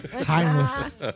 Timeless